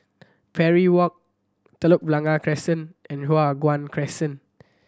Parry Walk Telok Blangah Crescent and Hua Guan Crescent